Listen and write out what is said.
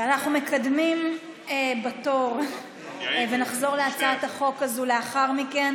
אנחנו מקדמים בתור ונחזור להצעת החוק הזאת לאחר מכן.